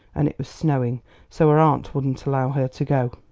and it was snowing so her aunt wouldn't allow her to go.